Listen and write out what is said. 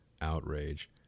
outrage